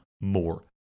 more